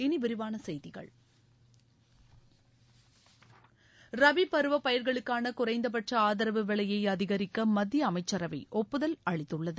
இனி விரிவான செய்திகள் ரபி பருவ பயிர்களுக்காள குறைந்தபட்ச ஆதரவு விலையை அதிகரிக்க மத்திய அமைச்சரவை ஒப்புதல் அளித்துள்ளது